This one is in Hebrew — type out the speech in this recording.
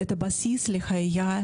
זה היה בסיס אדפטציה